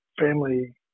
family